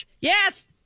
Yes